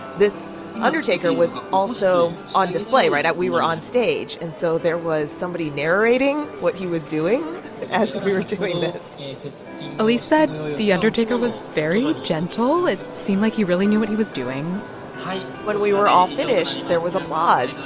this undertaker was also on display, right? we were on stage. and so there was somebody narrating what he was doing as we were doing this elise said the undertaker was very gentle. it seemed like he really knew what he was doing when we were all finished, there was applause,